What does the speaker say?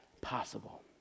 possible